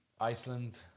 Iceland